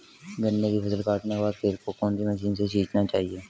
गन्ने की फसल काटने के बाद खेत को कौन सी मशीन से सींचना चाहिये?